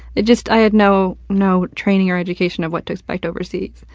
i just i had no, no training or education of what to expect overseas.